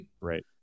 Right